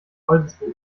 oldesloe